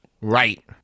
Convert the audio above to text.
Right